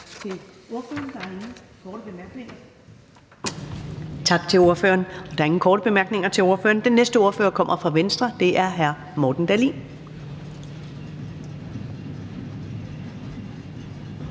Tak til ordføreren. Der er ingen korte bemærkninger til ordføreren. Den næste ordfører kommer fra Venstre. Det er hr. Morten Dahlin.